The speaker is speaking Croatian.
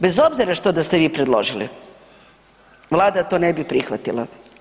Bez obzira što da ste vi predložili, Vlada to ne bi prihvatila.